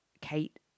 kate